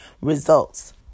results